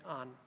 on